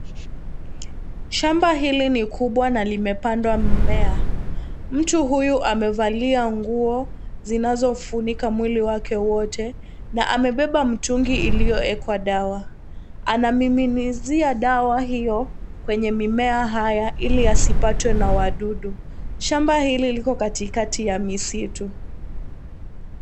Shamba hili ni kubwa na limepandwa mimea, Mtu huyu amevalia nguo zinazofunika mwili wake woote na amebeba mtungi uliowekwa dawa. Anamimizia dawa hiyo kwenye mimea haya ili asipstwe na wadudu, shamba hili liko katikati ya misitu.